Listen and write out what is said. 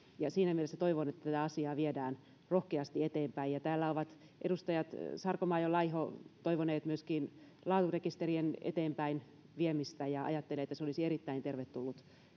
siinä mielessä toivon että tätä asiaa viedään rohkeasti eteenpäin täällä ovat edustajat sarkomaa ja laiho toivoneet myöskin laaturekisterien eteenpäinviemistä ja ajattelen että se olisi erittäin tervetullut